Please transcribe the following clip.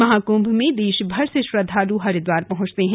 महाकुंभ में देश भर से श्रद्वालु हरिद्वार पहुंचते हैं